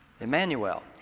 Emmanuel